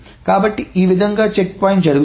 కాబట్టి ఈ ఈ విధముగా చెక్ పాయింట్ జరుగుతుంది